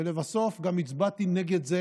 ולבסוף גם הצבעתי נגד זה